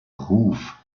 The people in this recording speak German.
ruf